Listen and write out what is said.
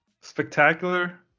spectacular